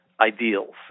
Ideals